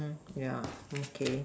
yeah okay